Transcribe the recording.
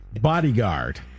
Bodyguard